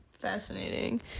Fascinating